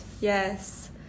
yes